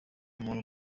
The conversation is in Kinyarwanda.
umuntu